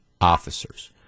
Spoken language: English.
officers